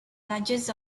largest